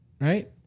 right